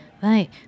Right